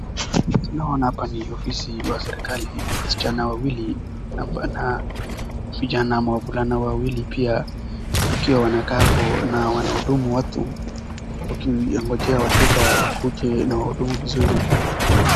Tunaona hapa ni ofisi ya serikali. Wasichana wawili na vijana ama wavulana wawili pia wakiwa wanakaa hapo na wanahudumu watu, wakingojea wateja wakuje na wawahudumu vizuri.